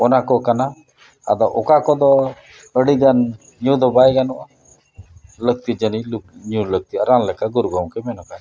ᱚᱱᱟ ᱠᱚ ᱠᱟᱱᱟ ᱟᱫᱚ ᱟᱹᱰᱤ ᱜᱟᱱ ᱧᱩ ᱫᱚ ᱵᱟᱭ ᱜᱟᱱᱚᱜᱼᱟ ᱞᱟᱹᱠᱛᱤ ᱡᱟᱹᱱᱤᱡ ᱧᱩᱭ ᱞᱟᱹᱠᱛᱤ ᱨᱟᱱ ᱞᱮᱠᱟ ᱜᱩᱨᱩ ᱜᱚᱢᱠᱮ ᱢᱮᱱ ᱠᱟᱜᱼᱟᱭ